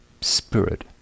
spirit